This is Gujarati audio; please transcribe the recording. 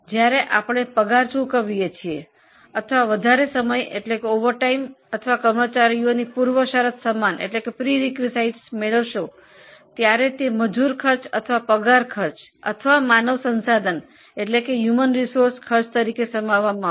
જ્યારે આપણે પગાર ઓવરટાઇમ અથવા કર્મચારીઓની વિશેષ ભથ્થા ચૂકવણી કરીએ છે તો તેને મજૂર ખર્ચ પગાર ખર્ચ અથવા માનવ સંસાધન ખર્ચમાં શામેલ કરવામાં આવે છે